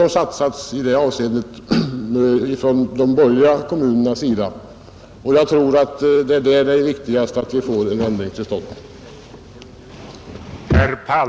Jag tror därför att det är viktigast att för de borgerliga kommunerna få till stånd denna ändring i fråga om utbetalningen av kommunalskattemedel.